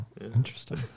interesting